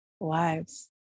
lives